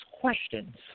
questions